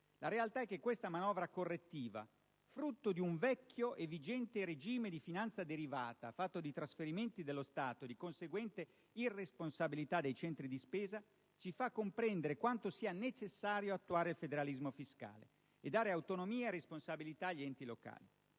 La realtà è che questa manovra correttiva, frutto di un vecchio e vigente regime di finanza derivata fatto di trasferimenti dello Stato e di conseguente irresponsabilità dei centri di spesa, ci fa comprendere quanto sia necessario attuare il federalismo fiscale e dare autonomia e responsabilità agli enti locali.